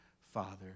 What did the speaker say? Father